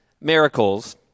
miracles